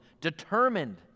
determined